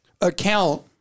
account